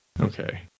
Okay